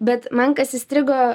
bet man kas įstrigo